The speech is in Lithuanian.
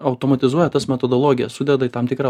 automatizuoja tas metodologijas sudeda į tam tikrą